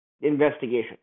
investigation